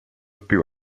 più